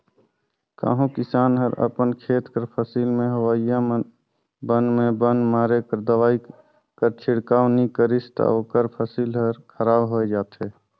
कहों किसान हर अपन खेत कर फसिल में होवइया बन में बन मारे कर दवई कर छिड़काव नी करिस ता ओकर फसिल हर खराब होए जाथे